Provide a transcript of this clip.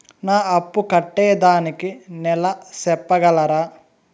నా అప్పు కట్టేదానికి నెల సెప్పగలరా?